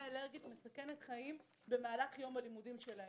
אלרגית מסכנת חיים במהלך יום הלימודים שלהם.